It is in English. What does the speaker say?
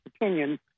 opinion